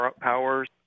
powers